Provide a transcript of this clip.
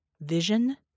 vision